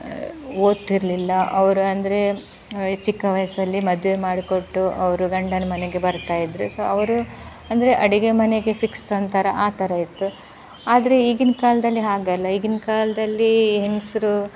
ಓದ್ತಿರಲಿಲ್ಲ ಅವರು ಅಂದರೆ ಚಿಕ್ಕ ವಯ್ಸಲ್ಲಿ ಮದುವೆ ಮಾಡ್ಕೊಟ್ಟು ಅವರು ಗಂಡನ ಮನೆಗೆ ಬರ್ತಾ ಇದ್ರು ಸೋ ಅವರು ಅಂದರೆ ಅಡುಗೆ ಮನೆಗೆ ಫಿಕ್ಸ್ ಅಂತರ ಆ ಥರ ಇತ್ತು ಆದರೆ ಈಗಿನ ಕಾಲದಲ್ಲಿ ಹಾಗಲ್ಲ ಈಗಿನ ಕಾಲದಲ್ಲಿ ಹೆಂಗಸ್ರು